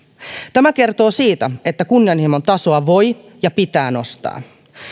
tämä kertoo siitä että kunnianhimon tasoa voi ja pitää nostaa